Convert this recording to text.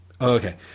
Okay